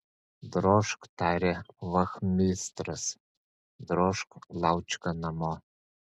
drožk tarė vachmistras drožk laučka namo